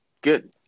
good